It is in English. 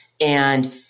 And-